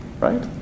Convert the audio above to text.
right